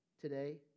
today